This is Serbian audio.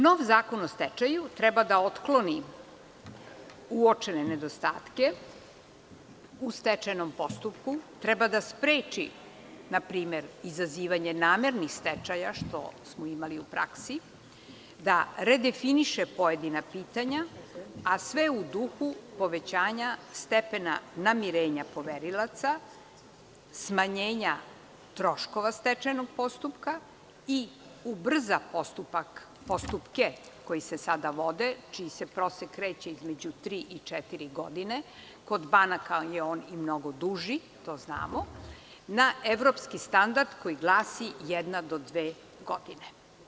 Nov Zakon o stečaju treba da otkloni uočene nedostatke u stečajnom postupku, treba da spreči npr. izazivanje namernih stečaja, što smo imali u praksi, da redefiniše pojedina pitanja, a sve u duhu povećanja stepena namirenja poverilaca, smanjenja troškova stečajnog postupka i ubrza postupke koji se sada vode, čiji se prosek kreće između tri i četiri godine, kod banaka je on mnogo duži, to znamo, na evropski standard koji glasi jedna do dve godine.